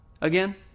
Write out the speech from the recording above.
again